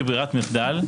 כברירת-מחדל,